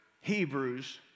Hebrews